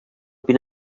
been